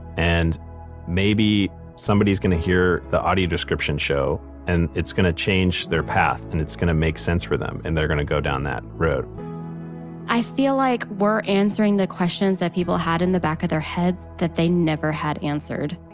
and maybe somebody's going to hear the audio descriptions show and it's going to change their path and it's going to make sense for them and they're gonna go down that road i feel like we're answering the questions that people had in the back of their heads that they never had answered.